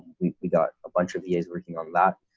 we we got a bunch of years working on that.